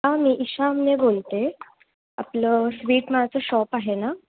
हां मी ईशा अमने बोलते आपलं स्वीट मालाचं शॉप आहे ना